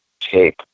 tape